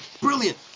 Brilliant